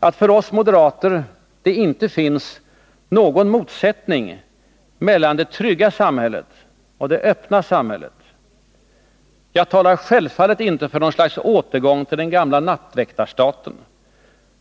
att det för oss moderater inte finns någon motsättning mellan det trygga samhället och det öppna samhället. Jag talar självfallet inte för något slags återgång till den gamla nattväktarstaten.